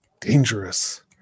dangerous